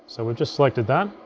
so we've just selected that.